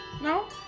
No